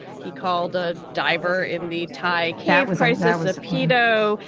he called a diver in the tie cameras. i said with a speedo.